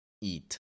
eat